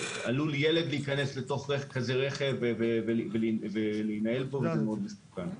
ילד גם עלול להיכנס לתוך רכב כזה ולהינעל בו וזה מסוכן מאוד.